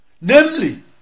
namely